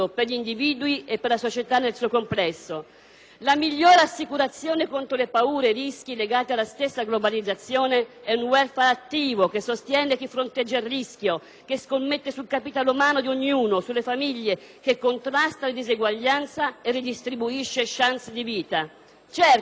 La migliore assicurazione contro le paure e i rischi legati alla stessa globalizzazione è un *welfare* attivo che sostiene chi fronteggia il rischio, che scommette sul capitale umano di ognuno, sulle famiglie, che contrasta le disuguaglianze e ridistribuisce *chance* di vita. Certo, è una concezione che presuppone dei valori,